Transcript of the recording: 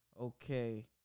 okay